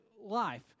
life